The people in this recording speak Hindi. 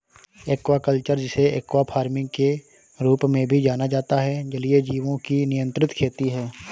एक्वाकल्चर, जिसे एक्वा फार्मिंग के रूप में भी जाना जाता है, जलीय जीवों की नियंत्रित खेती है